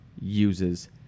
uses